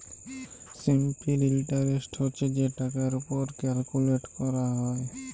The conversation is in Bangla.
সিম্পল ইলটারেস্ট হছে যে টাকার উপর ক্যালকুলেট ক্যরা হ্যয়